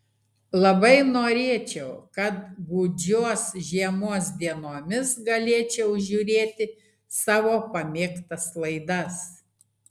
labai norėčiau kad gūdžios žiemos dienomis galėčiau žiūrėti savo pamėgtas laidas